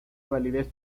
validez